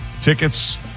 tickets